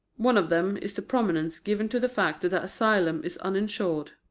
one of them is the prominence given to the fact that the asylum is uninsured.